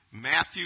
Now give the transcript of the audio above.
Matthew